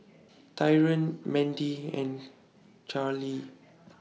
Taryn Mendy and Charly